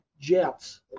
jets